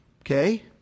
okay